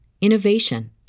innovation